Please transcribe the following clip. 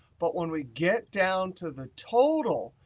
but when we get down to the total,